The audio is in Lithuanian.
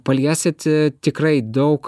paliesit tikrai daug